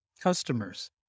customers